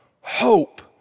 hope